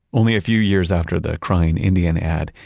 only a few years after the crying indian ad,